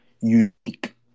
unique